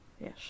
Yes